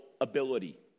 ability